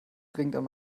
dringend